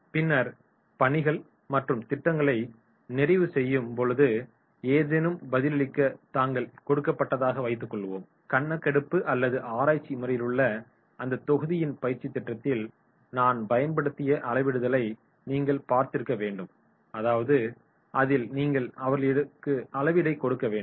பின்னர் பணிகள் மற்றும் திட்டங்களை நிறைவு செய்யும் பொழுது ஏதேனும் பதிலளிக்க தாள்கள் கொடுக்கப்பட்டதாக வைத்துக்கொள்வோம் கணக்கெடுப்பு அல்லது ஆராய்ச்சி முறைகளிலுள்ள அந்த தொகுதியின் பயிற்சித் திட்டத்தில் நான் பயன்படுத்திய அளவிடுதலை நீங்கள் பார்த்திருக்க வேண்டும் அதாவது அதில் நீங்கள் அவர்களுக்கு அளவிடை கொடுக்க வேண்டும்